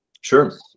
Sure